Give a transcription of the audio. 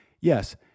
yes